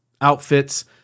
outfits